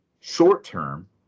short-term